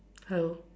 hello